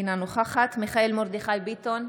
אינה נוכחת מיכאל מרדכי ביטון,